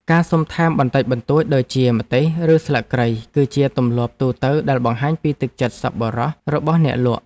ការសុំថែមបន្តិចបន្តួចដូចជាម្ទេសឬស្លឹកគ្រៃគឺជាទម្លាប់ទូទៅដែលបង្ហាញពីទឹកចិត្តសប្បុរសរបស់អ្នកលក់។